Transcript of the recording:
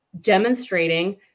demonstrating